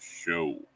show